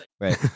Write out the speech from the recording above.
Right